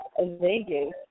Vegas